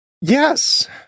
Yes